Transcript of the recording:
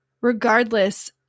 Regardless